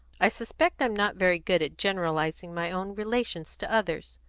i suspect i'm not very good at generalising my own relations to others,